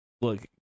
look